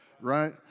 right